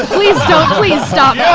please don't please stop.